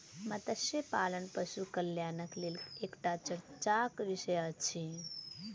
मत्स्य पालन पशु कल्याणक लेल एकटा चर्चाक विषय अछि